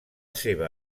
seva